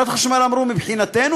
וחברת חשמל אמרו: מבחינתנו,